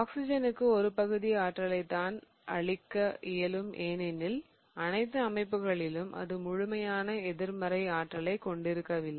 ஆக்ஸிஜனுக்கு ஒரு பகுதி ஆற்றலைத் தான் அளிக்க இயலும் ஏனெனில் அனைத்து அமைப்புகளிலும் அது முழுமையான எதிர்மறை ஆற்றலை கொண்டிருக்கவில்லை